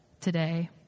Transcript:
today